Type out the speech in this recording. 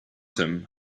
him